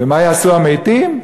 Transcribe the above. ומה יעשו המתים?